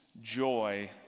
joy